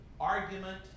argument